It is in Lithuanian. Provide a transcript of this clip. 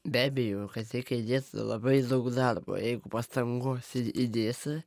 be abejo kad reikia įdėt labai daug darbo jeigu pastangos į įdėsi